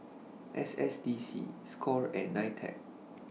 S S D C SCORE and NITEC